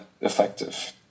effective